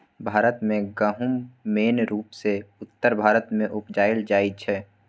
भारत मे गहुम मेन रुपसँ उत्तर भारत मे उपजाएल जाइ छै